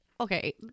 Okay